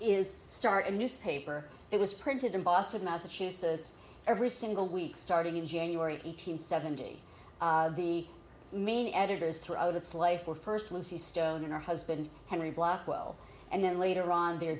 is start a newspaper it was printed in boston massachusetts every single week starting in january eight hundred seventy the main editors throughout its life were first lucy stone and her husband henry blackwell and then later on their